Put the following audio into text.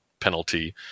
penalty